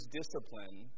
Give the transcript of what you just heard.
discipline